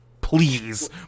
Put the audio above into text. Please